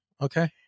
Okay